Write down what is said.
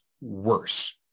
worse